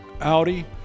Audi